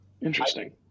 interesting